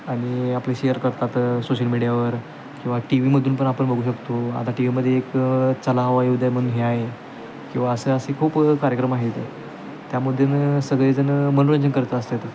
आणि आपले शेअर करतात सोशल मीडियावर किंवा टी व्हीमधून पण आपण बघू शकतो आता टी व्हीमध्ये एक चला हवा येऊ द्या म्हणून हे आहे किंवा असे असे खूप कार्यक्रम आहेत ते त्यामध्ये ना सगळेजण मनोरंजन करत असतात